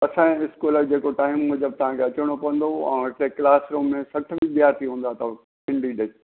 असांजे स्कूल जेको टाइम मुजिबि तव्हां खे अचिणो पवंदो ऐं हिते क्लासरुम में सठि विद्यार्थी हूंदा अथव सिंधी जे